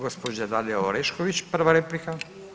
Gospođa Dalija Orešković, prva replika.